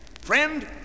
Friend